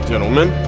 Gentlemen